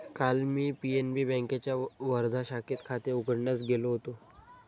काल मी पी.एन.बी बँकेच्या वर्धा शाखेत खाते उघडण्यास गेलो होतो